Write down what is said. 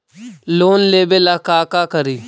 Loan लेबे ला का करि?